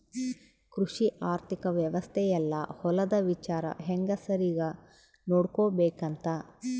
ಕೃಷಿ ಆರ್ಥಿಕ ವ್ಯವಸ್ತೆ ಯೆಲ್ಲ ಹೊಲದ ವಿಚಾರ ಹೆಂಗ ಸರಿಗ ನೋಡ್ಕೊಬೇಕ್ ಅಂತ